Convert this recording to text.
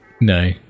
No